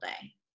day